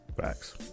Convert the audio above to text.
Facts